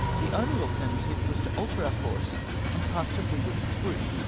the only alternative was to alter our course and pass to lee ward of the group,